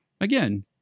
Again